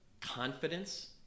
confidence